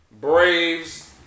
Braves